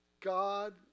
God